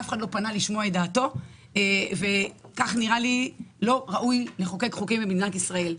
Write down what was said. אף אחד לא פנה לשמוע את דעתו וכך לא ראוי לחוקק חוק במדינת ישראל.